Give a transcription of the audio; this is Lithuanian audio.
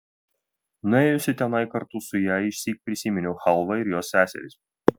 nuėjusi tenai kartu su ja išsyk prisiminiau chalvą ir jos seseris